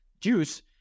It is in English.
juice